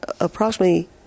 approximately